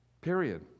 Period